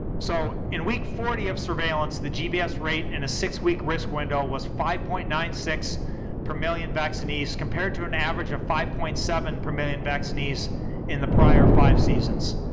so in week forty of surveillance the gbs rate in a six-week risk window was five point nine six per million vacinees compared to an average of five point seven per million vacinees in the prior five seasons.